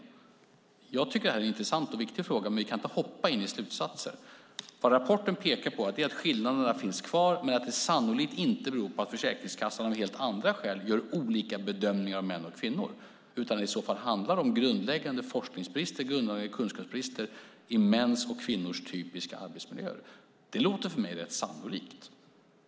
Jag tycker att det här är en intressant och viktig fråga, men vi kan inte hoppa in i slutsatser. Vad rapporten pekar på är att skillnaderna finns kvar men att det sannolikt inte beror på att Försäkringskassan av helt andra skäl gör olika bedömningar av män och kvinnor, utan att det handlar om grundläggande forskningsbrister och grundläggande kunskapsbrister i mäns och kvinnors typiska arbetsmiljöer. Det låter för mig rätt sannolikt.